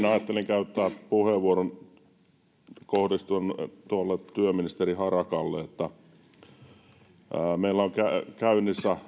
ajattelin käyttää puheenvuoron kohdistuen lähinnä tuolle työministeri harakalle kun meillä on käynnissä